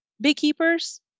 beekeepers